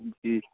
جی